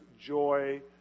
joy